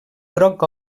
groc